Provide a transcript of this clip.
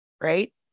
Right